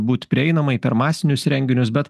būt prieinamai per masinius renginius bet